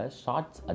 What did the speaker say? shorts